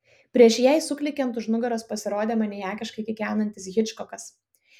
prieš jai suklykiant už nugaros pasirodė maniakiškai kikenantis hičkokas